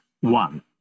One